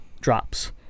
drops